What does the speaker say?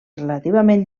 relativament